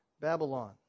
Babylon